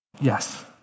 Yes